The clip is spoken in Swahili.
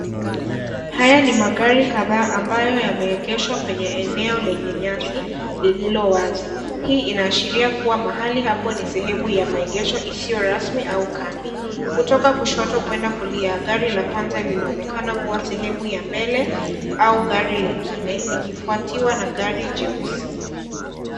Haya ni magari kadhaa ambayo yameegeshwa kwenye eneo lenye nyasi lililo wazi, hii inaashiria kuwa mahali hapo ni sehemu ya maegesho isiyo rasmi au kambi, kutoka kushoto kwenda kulia, gari la kwanza linaonekana kuwa sehemu ya mbele au gari lingine likifuatiwa na gari jeusi.